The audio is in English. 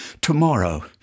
Tomorrow